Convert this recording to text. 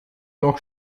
noch